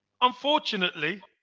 unfortunately